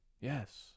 Yes